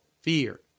fear